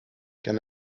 can